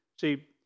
See